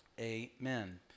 amen